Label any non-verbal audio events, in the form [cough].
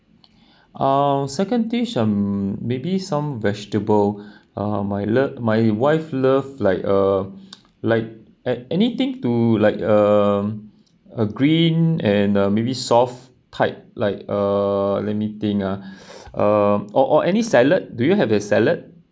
um second dish um maybe some vegetable [breath] uh my love my wife love like uh like any~ anything to like um a green and the maybe soft type like uh let me think ah uh or or any salad do you have the salad